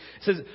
says